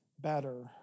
better